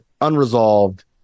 unresolved